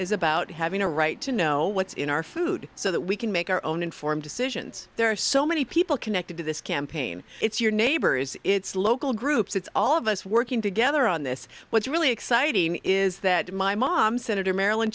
is about having a right to know what's in our food so that we can make our own informed decisions there are so many people connected to this campaign it's your neighbors it's local groups it's all of us working together on this what's really exciting is that my mom senator mar